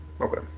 Okay